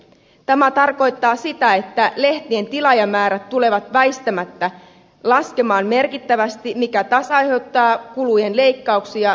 tämä tarkoittaa sitä että lehtien tilaajamäärät tulevat väistämättä laskemaan merkittävästi mikä taas aiheuttaa kulujen leikkauksia toimituksissa